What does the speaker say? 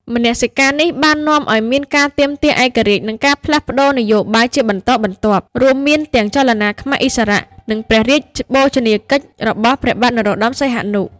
មនសិការនេះបាននាំឱ្យមានការទាមទារឯករាជ្យ និងការផ្លាស់ប្តូរនយោបាយជាបន្តបន្ទាប់ រួមមានទាំងចលនាខ្មែរឥស្សរៈ និងព្រះរាជបូជនីយកិច្ចរបស់ព្រះបាទនរោត្ដម សីហនុ។